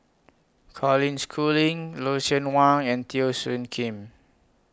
Colin Schooling Lucien Wang and Teo Soon Kim